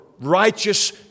righteous